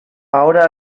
ahora